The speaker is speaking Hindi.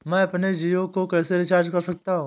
मैं अपने जियो को कैसे रिचार्ज कर सकता हूँ?